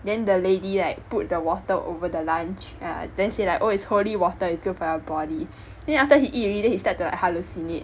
then the lady like put the water over the lunch yeah then say like oh it's holy water it's good for your body then after he eat already then he started to hallucinate